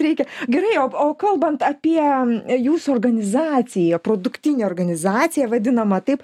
reikia gerai o o kalbant apie jūsų organizaciją produktinę organizaciją vadinamą taip